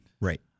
Right